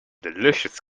delicious